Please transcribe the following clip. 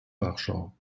warschau